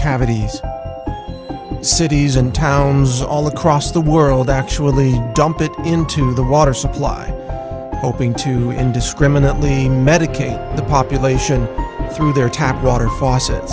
cavities cities and towns all across the world actually dump it into the water supply hoping to indiscriminately medicate the population through their tap water faucet